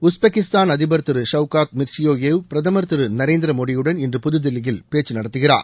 Uzbekistan அதிபர் Thiru Shavkat Mirziyoyev பிரதமர் திரு நரேந்திர மோடியுடன் இன்று புதுதில்லியில் இன்று பேச்சு நடத்துகிறார்